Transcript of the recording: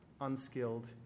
unskilled